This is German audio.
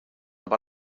aber